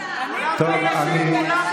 אדוני היושב-ראש,